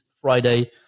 Friday